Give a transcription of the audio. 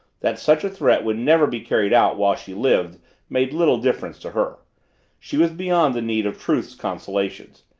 that such a threat would never be carried out while she lived made little difference to her she was beyond the need of truth's consolations.